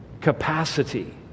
capacity